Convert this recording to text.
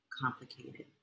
complicated